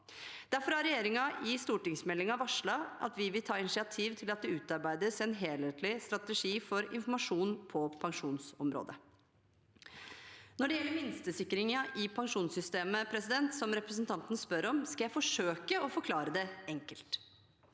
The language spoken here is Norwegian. Derfor har regjeringen i stortingsmeldingen varslet at vi vil ta initiativ til at det utarbeides en helhetlig strategi for informasjon på pensjonsområdet. Når det gjelder minstesikringen i pensjonssystemet, som representanten spør om, skal jeg forsøke å forklare det enkelt.